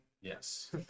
Yes